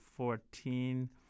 fourteen